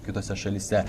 kitose šalyse